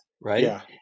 right